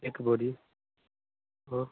एक बोरी वह